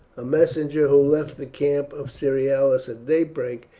a messenger, who left the camp of cerealis at daybreak,